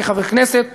כחברי כנסת וכשרים.